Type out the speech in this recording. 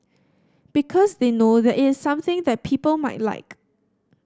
because they know that it is something that people might like